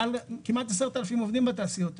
כמעט 10,000 עובדים בתעשיות האלה.